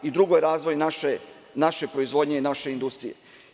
Drugo je razvoj naše proizvodnje i naše industrije.